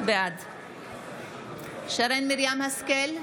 בעד שרן מרים השכל,